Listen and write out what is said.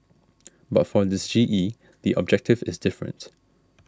but for this G E the objective is different